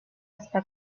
está